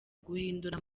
guhindura